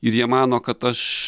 ir jie mano kad aš